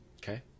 Okay